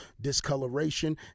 discoloration